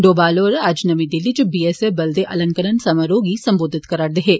डोवाल होर अज्ज नमीं दिल्ली च बीएसएफ बल दे अलंकरण समारोह् गी संबोधत करा'रदे हे